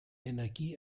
energie